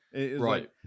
right